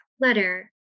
letter